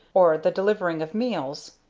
or the delivery of meals,